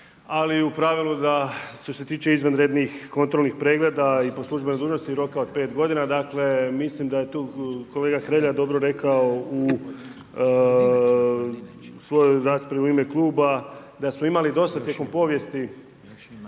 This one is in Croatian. ali u pravilu da što se tiče izvanrednih kontrolnih pregleda i po službenoj dužnosti roka od 5 g., dakle mislim da je tu kolega Hrelja dobro rekao u svojoj raspravi u ime kluba da smo imali dosta tijekom povijesti ajmo